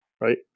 right